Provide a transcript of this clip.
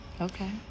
Okay